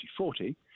2040